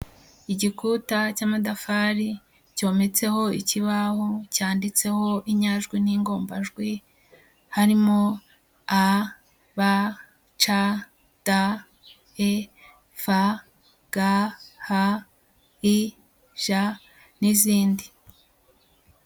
Igikuta cy'amatafari cyometseho ikibaho cyanditseho inyajwi n'ingombajwi harimo: a, b, c, d, e, f, g, h, i, j n'izindi.